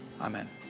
amen